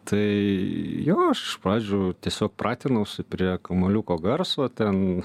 tai jo aš iš pradžių tiesiog pratinausi prie kamuoliuko garso ten